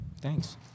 Thanks